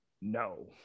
no